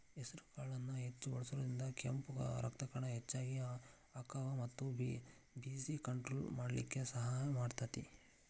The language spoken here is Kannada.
ಹೆಸರಕಾಳನ್ನ ಹೆಚ್ಚ್ ಬಳಸೋದ್ರಿಂದ ಕೆಂಪ್ ರಕ್ತಕಣ ಹೆಚ್ಚಗಿ ಅಕ್ಕಾವ ಮತ್ತ ಬಿ.ಪಿ ಕಂಟ್ರೋಲ್ ಮಾಡ್ಲಿಕ್ಕೆ ಸಹಾಯ ಮಾಡ್ತೆತಿ